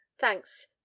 thanks